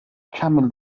camel